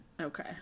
Okay